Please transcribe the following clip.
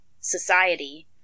society